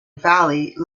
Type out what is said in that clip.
valley